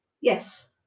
Yes